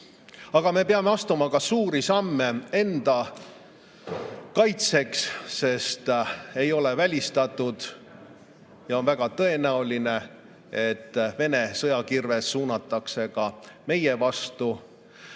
me peame astuma ka suuri samme enda kaitseks, sest ei ole välistatud ja on väga tõenäoline, et Vene sõjakirves suunatakse ka meie vastu.